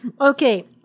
Okay